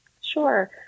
Sure